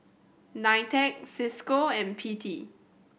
NITEC Cisco and P T